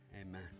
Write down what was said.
Amen